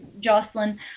Jocelyn